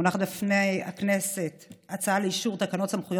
מונחת בפני הכנסת הצעה לאישור תקנות סמכויות